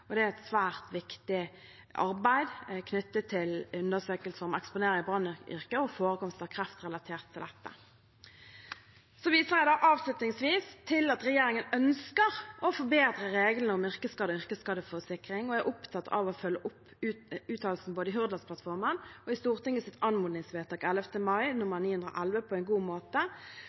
og det er et svært viktig arbeid knyttet til undersøkelser om eksponering i brannmannyrket og forekomst av kreft relatert til dette. Jeg viser avslutningsvis til at regjeringen ønsker å forbedre reglene om yrkesskade og yrkesskadeforsikring og er opptatt av å følge opp uttalelsene både i Hurdalsplattformen og i Stortingets anmodningsvedtak nr. 911 av 11. mai 2021 på en god måte.